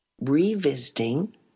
revisiting